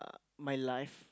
my life